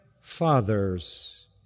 fathers